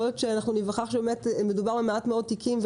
יכול להיות שניווכח שמדובר במעט מאוד תיקים,